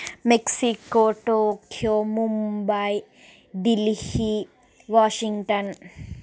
Mexico Tokyo Mumbai Delhi Washington